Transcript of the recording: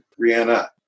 Rihanna